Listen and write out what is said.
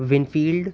Winfield